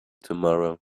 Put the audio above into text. tomorrow